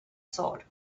sword